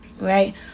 right